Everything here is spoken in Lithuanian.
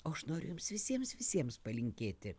o aš noriu jums visiems visiems palinkėti